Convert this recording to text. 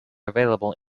available